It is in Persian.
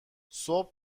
صبح